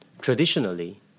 Traditionally